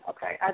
Okay